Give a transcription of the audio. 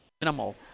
minimal